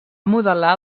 modelar